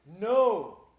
No